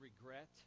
regret